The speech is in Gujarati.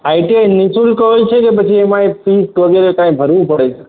આઇ ટી આઇ નિઃશુલ્ક હોય છે કે પછી એમાં એ ફીસ વગેરે કાંઈ ભરવું પડે છે